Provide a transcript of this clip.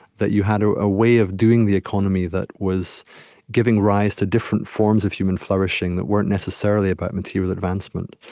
that you had a ah way of doing the economy that was giving rise to different forms of human flourishing that weren't necessarily about material advancement.